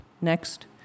Next